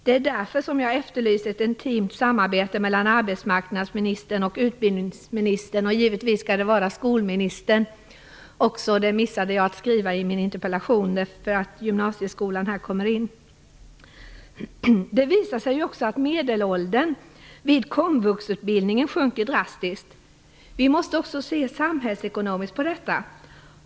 Det är därför jag efterlyser ett intimt samarbete mellan arbetsmarknadsministern och utbildningsministern. Skolministern skall givetvis också vara med, eftersom det berör gymnasieskolorna. Jag missade att skriva det i min interpellation. Det visar sig också att medelåldern vid komvuxutbildningen sjunker drastiskt. Vi måste också se samhällsekonomiskt på detta.